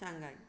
Shanghai